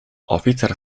oficer